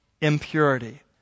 impurity